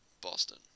Boston